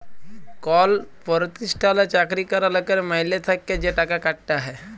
call পরতিষ্ঠালে চাকরি ক্যরা লকের মাইলে থ্যাকে যা টাকা কাটা হ্যয়